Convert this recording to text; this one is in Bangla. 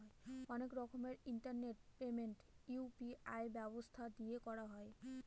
অনেক রকমের ইন্টারনেট পেমেন্ট ইউ.পি.আই ব্যবস্থা দিয়ে করা হয়